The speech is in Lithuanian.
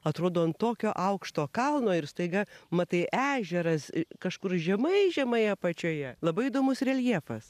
atrodo ant tokio aukšto kalno ir staiga matai ežeras kažkur žemai žemai apačioje labai įdomus reljefas